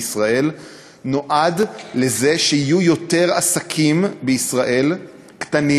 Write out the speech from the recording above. נועד לזה שיהיו בישראל יותר עסקים קטנים